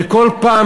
כל פעם,